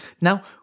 Now